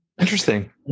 Interesting